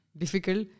difficult